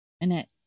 Annette